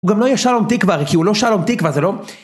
הוא גם לא יהיה שלום תקווה, הרי כי הוא לא שלום תקווה, זה לא...